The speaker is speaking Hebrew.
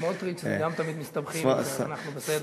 סמוטריץ, גם תמיד מסתבכים, אז אנחנו בסדר.